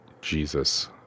Jesus